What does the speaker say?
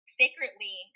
sacredly